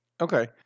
Okay